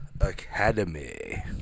Academy